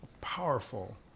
powerful